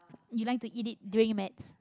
you like to eat it during maths